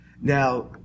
Now